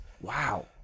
Wow